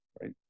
right